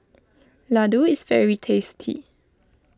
Ladoo is very tasty